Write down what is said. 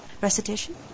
Recitation